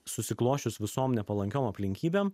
susiklosčius visom nepalankiom aplinkybėm